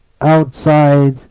outside